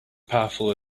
powerful